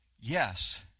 Yes